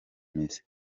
mizi